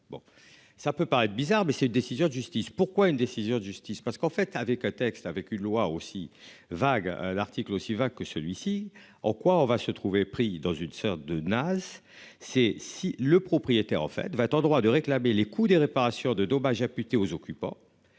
bon, ça peut paraître bizarre mais c'est une décision de justice pourquoi une décision de justice parce qu'en fait avec un texte avec une loi aussi vague, l'article aussi va que celui-ci en quoi on va se trouver pris dans une sorte de Nasse, c'est si le propriétaire en fait va t'en droit de réclamer les coûts des réparations de dommages à putter aux occupants.